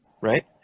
right